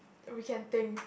we can think